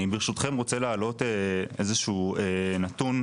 אני ברשותכם רוצה להעלות איזשהו נתון,